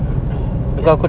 ya can